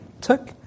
took